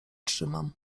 trzymam